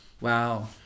Wow